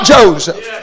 Joseph